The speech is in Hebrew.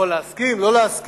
יכולים להסכים או לא להסכים.